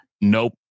Nope